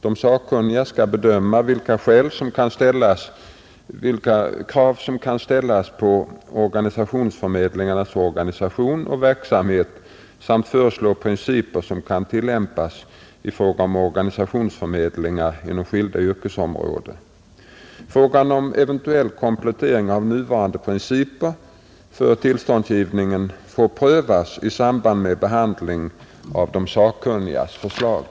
De sakkunniga skall bedöma vilka krav som skall ställas på organisationsförmedlingarnas organisation och verksamhet samt föreslå principer som kan tillämpas i fråga om organisationsförmedlingar inom skilda yrkesområden. Frågan om eventuell komplettering av nuvarande principer för tillståndsgivningen får prövas i samband med behandlingen av de sakkunnigas förslag.